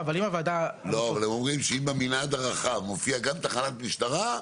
אבל הם אומרים שאם במנעד הרחב מופיע גם תחנת משטרה,